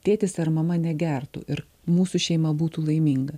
tėtis ar mama negertų ir mūsų šeima būtų laiminga